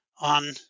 on